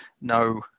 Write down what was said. no